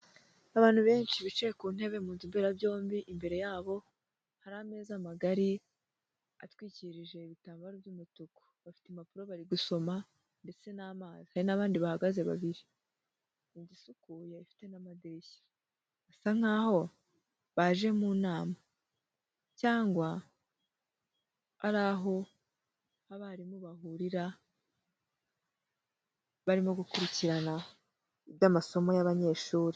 Abantu benshi bicaye ku ntebe mu nzu mberabyombi, imbere yabo hari ameza magari atwikirije ibitambaro by'umutuku, bafite impapuro bari gusoma ndetse n'amazi, hari n'abandi bahagaze babiri mu nzu isukuye ifite n'amadirishya, basa nkaho baje mu nama cyangwa ari aho abarimu bahurira, barimo gukurikirana iby'amasomo y'abanyeshuri.